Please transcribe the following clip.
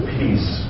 peace